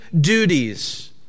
duties